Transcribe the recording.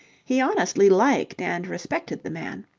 he honestly liked and respected the man.